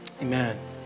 amen